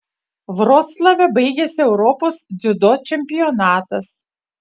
vroclave baigėsi europos dziudo čempionatas